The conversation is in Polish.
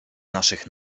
naszych